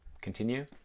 continue